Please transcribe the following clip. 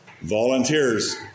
volunteers